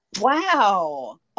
Wow